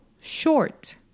short